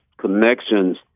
connections